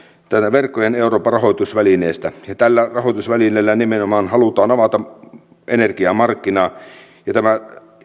verkkojen eurooppa rahoitusvälineestä ja tällä rahoitusvälineellä nimenomaan halutaan avata energiamarkkinaa ja tämä